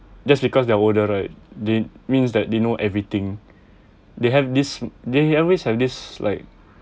just because they're older right they means that they know everything they have this they always have this like